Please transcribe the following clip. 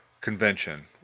convention